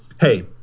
Hey